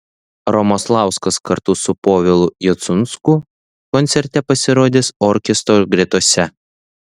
romoslauskas kartu su povilu jacunsku koncerte pasirodys orkestro gretose